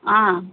ஆ